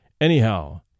Anyhow